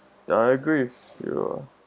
ya I agree with you lah